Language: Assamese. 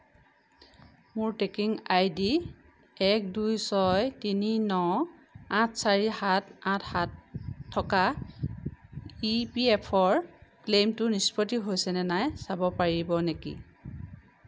মোৰ ট্ৰেকিং আই ডি এক দুই ছয় তিনি ন আঠ চাৰি সাত আঠ সাত থকা ই পি এফ অ'ৰ ক্লেইমটো নিষ্পত্তি হৈছে নে নাই চাব পাৰিব নেকি